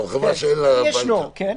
נשאיר את זה להזדמנות אחרת.